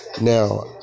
now